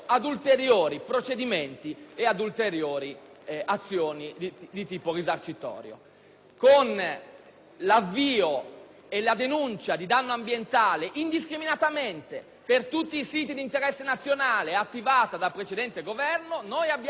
Con l'avvio e la denuncia di danno ambientale, indiscriminatamente per tutti i siti di interesse nazionale, attivata dal precedente Governo, noi abbiamo fermato le bonifiche in questo Paese, anche quelle che - lo ripeto - avevano un soggetto che si era assunto